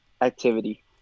Activity